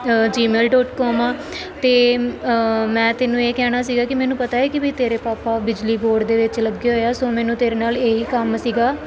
ਜੀ ਮੇਲ dot com ਅਤੇ ਮੈਂ ਤੈਨੂੰ ਇਹ ਕਹਿਣਾ ਸੀਗਾ ਕਿ ਮੈਨੂੰ ਪਤਾ ਹੈ ਕਿ ਵੀ ਤੇਰੇ ਪਾਪਾ ਬਿਜਲੀ ਬੋਰਡ ਦੇ ਵਿੱਚ ਲੱਗੇ ਹੋਏ ਆ ਸੋ ਮੈਨੂੰ ਤੇਰੇ ਨਾਲ ਇਹੀ ਕੰਮ ਸੀਗਾ